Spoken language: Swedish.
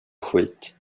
skit